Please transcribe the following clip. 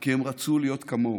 כי הם רצו להיות כמוהו.